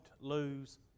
lose